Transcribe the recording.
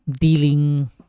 dealing